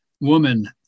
woman